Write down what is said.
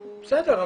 הוא --- בסדר,